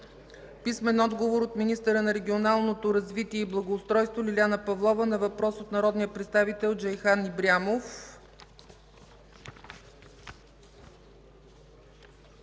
Церовска; - министъра на регионалното развитие и благоустройството Лиляна Павлова на въпрос от народния представител Джейхан Ибрямов;